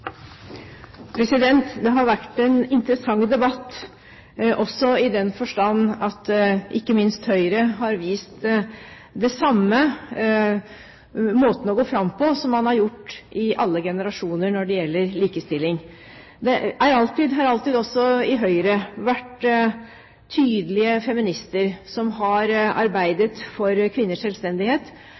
Det har vært en interessant debatt, også i den forstand at ikke minst Høyre har vist den samme måten å gå fram på som man har gjort i alle generasjoner når det gjelder likestilling. Det har alltid i Høyre også vært tydelige feminister som har arbeidet for kvinners selvstendighet.